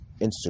Instagram